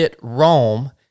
Rome